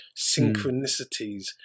Synchronicities